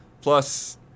Plus